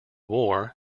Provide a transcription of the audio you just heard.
war